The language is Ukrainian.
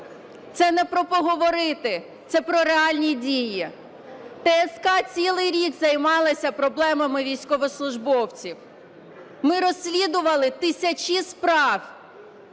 Це не про поговорити, це про реальні дії. ТСК цілий рік займалася проблемами військовослужбовців, ми розслідували тисячі справ,